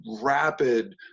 rapid